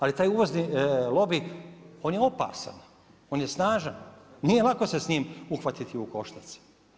Ali taj uvozni lobij on je opasan, on je snažan, nije lako se s njim uhvatiti u koštac.